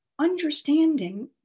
understanding